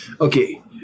Okay